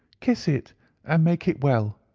kiss it and make it well,